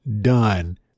done